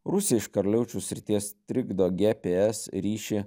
rusija iš karaliaučiaus srities trikdo gps ryšį